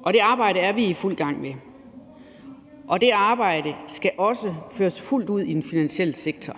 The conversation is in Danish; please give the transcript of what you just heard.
og det arbejde er vi i fuld gang med, og det arbejde skal også fuldt ud udføres i den finansielle sektor,